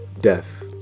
Death